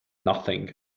nothing